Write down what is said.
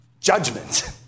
judgment